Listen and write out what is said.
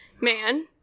man